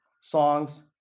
songs